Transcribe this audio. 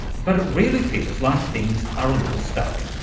but it really feels like things are a little stuck.